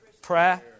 Prayer